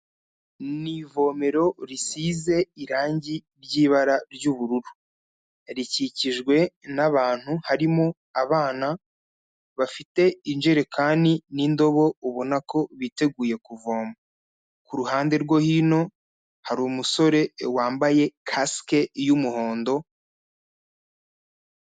Ni ivomero risize irangi ry'ibara ry'ubururu, rikikijwe n'abantu harimo abana bafite injerekani n'indobo ubona ko biteguye kuvoma, ku ruhande rwo hino hari umusore wambaye kasike y'umuhondo.